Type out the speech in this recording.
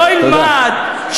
שלא ילמד,